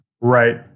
Right